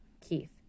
Keith